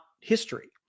history